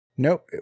Nope